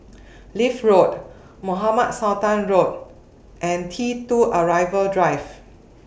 Leith Road Mohamed Sultan Road and T two Arrival Drive